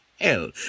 hell